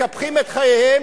מקפחים את חייהם,